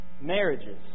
Marriages